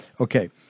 Okay